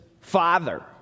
father